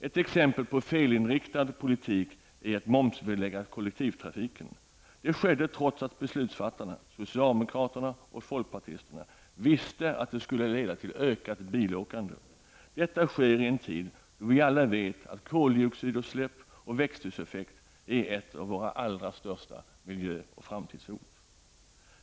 Ett exempel på felinriktad politik är att momsbelägga kollektivtrafiken. Det skedde trots att beslutsfattarna, socialdemokraterna och folkpartisterna, visste att det skulle leda till ökat bilåkande. Detta sker i en tid då vi alla vet att koldioxidutsläpp och växthuseffekt är ett av våra allra största miljö och framtidshot.